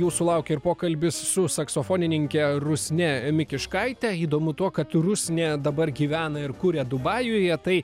jūsų laukia ir pokalbis su saksofonininke rusne mikiškaite įdomu tuo kad rusnė dabar gyvena ir kuria dubajuje tai